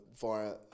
via